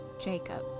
Jacob